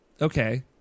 Okay